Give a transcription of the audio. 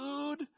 food